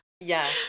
Yes